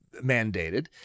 mandated